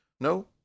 No